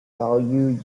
value